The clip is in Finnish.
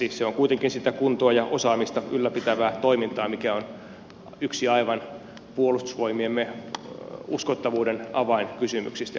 se on kuitenkin kuntoa ja osaamista ylläpitävää toimintaa joka on yksi puolustusvoimiemme uskottavuuden avainkysymyksistä